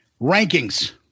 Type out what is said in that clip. rankings